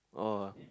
oh